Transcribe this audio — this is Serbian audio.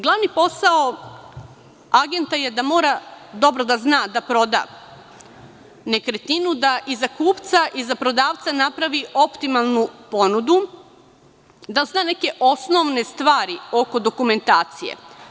Glavni posao agenta je da mora dobro da zna da proda nekretninu, da i za kupca i za prodavca napravi optimalnu ponudu, da zna neke osnovne stvari oko dokumentacije.